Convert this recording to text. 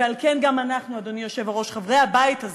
ועל כן גם אנחנו, אדוני היושב-ראש, חברי הבית הזה,